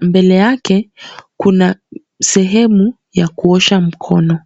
Mbele yake kuna sehemu ya kuosha mkono.